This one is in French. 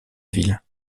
ville